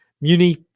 Muni